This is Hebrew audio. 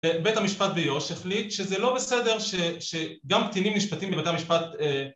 בית המשפט ביו"ש החליט שזה לא בסדר שגם קטינים נשפטים בבית המשפט